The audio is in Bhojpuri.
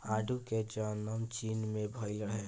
आडू के जनम चीन में भइल रहे